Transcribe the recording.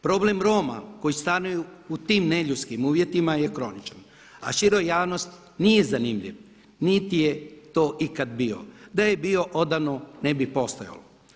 Problem Roma koji stanuju u tim neljudskim uvjetima je kroničan, a široj javnosti nije zanimljiv niti je to ikada bio, da je bio odavno ne bi postajalo.